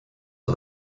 for